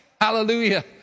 hallelujah